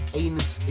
anus